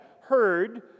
heard